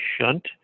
shunt